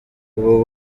ubu